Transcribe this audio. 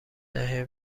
دهه